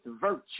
virtue